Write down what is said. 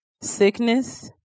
sickness